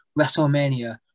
WrestleMania